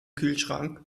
kühlschrank